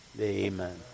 Amen